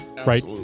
Right